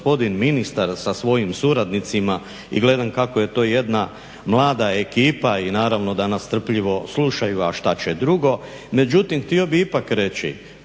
ministar sa svojim suradnicima i gledam kako je to jedna mlada ekipa i naravno da nas strpljivo slušaju, a šta će drugo. Međutim, htio bih ipak reći,